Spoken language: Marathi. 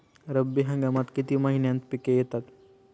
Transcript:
रब्बी हंगामात किती महिन्यांत पिके येतात?